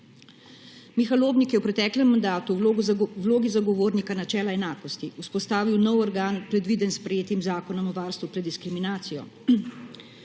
Miha Lobnik je v preteklem mandatu v vlogi zagovornika načela enakosti vzpostavil nov organ, predviden s sprejetim zakonom o varstvu pred diskriminacijo.